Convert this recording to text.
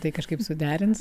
tai kažkaip suderint